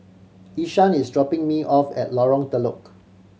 Ishaan is dropping me off at Lorong Telok